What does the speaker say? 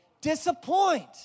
disappoint